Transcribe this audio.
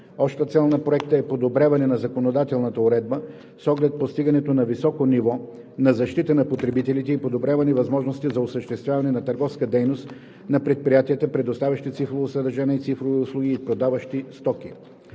Общата цел на Проекта е подобряване на законодателната уредба с оглед постигането на високо ниво на защита на потребителите и подобряване възможностите за осъществяване на търговска дейност на предприятията, предоставящи цифрово съдържание и цифрови услуги и продаващи стоки.